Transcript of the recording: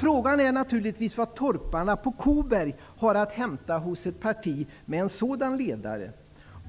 Frågan är vad torparna på Koberg har att hämta hos ett parti med en sådan ledare.